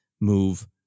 move